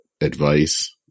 advice